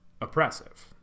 oppressive